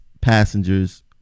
passengers